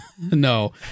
no